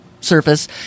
surface